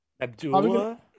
Abdullah